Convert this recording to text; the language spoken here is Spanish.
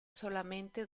solamente